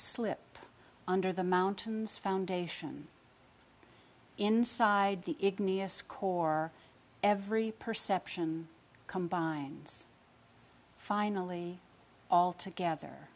slip under the mountains foundation inside the igneous core every perception combined finally all together